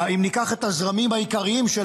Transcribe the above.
אם ניקח את הזרמים העיקריים של